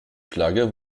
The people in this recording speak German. flagge